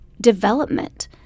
development